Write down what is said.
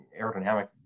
aerodynamic